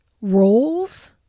roles